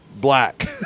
black